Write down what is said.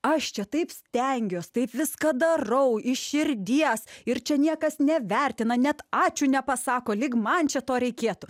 aš čia taip stengiuos taip viską darau iš širdies ir čia niekas nevertina net ačiū nepasako lyg man čia to reikėtų